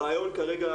הרעיון כרגע,